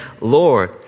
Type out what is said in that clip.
Lord